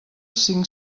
cinc